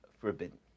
forbidden